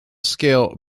scale